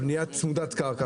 בנייה צמודת קרקע.